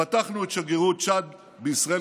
פתחנו את שגרירות צ'אד בישראל,